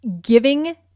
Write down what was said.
giving